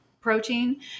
protein